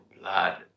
blood